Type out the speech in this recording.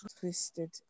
twisted